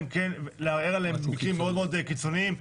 ולערער עליה רק במקרים מאוד קיצוניים,